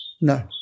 No